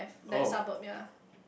that that suburb ya